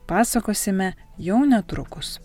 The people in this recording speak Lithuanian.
pasakosime jau netrukus